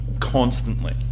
constantly